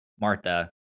Martha